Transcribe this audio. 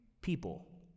people